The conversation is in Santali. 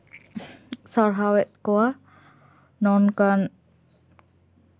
ᱥᱟᱨᱦᱟᱣᱮᱫ ᱠᱚᱣᱟ ᱱᱚᱝᱠᱟᱱ